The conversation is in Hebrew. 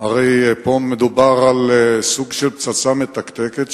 הרי פה מדובר על סוג של פצצה מתקתקת,